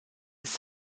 ist